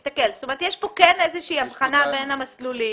יש כאן איזושהי הבחנה בין המסלולים.